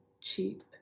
cheap